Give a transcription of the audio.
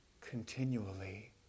continually